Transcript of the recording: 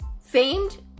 Famed